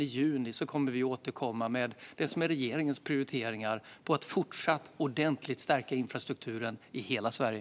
I juni kommer vi att återkomma med regeringens prioriteringar när det gäller att fortsatt ordentligt förstärka infrastrukturen i hela Sverige.